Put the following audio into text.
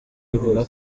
avuga